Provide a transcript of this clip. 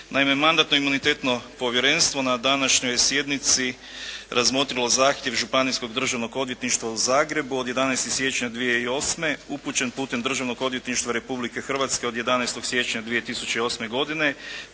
Naime, Mandatno-imunitetno povjerenstvo na današnjoj sjednici razmotrilo je zahtjev Županijskog državnog odvjetništva u Zagrebu od 11. siječnja 2008. upućen putem Državnog odvjetništva Republike Hrvatske od 11. siječnja 2008. godine